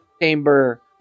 chamber